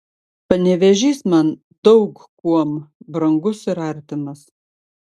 panevėžys man daug kuom brangus ir artimas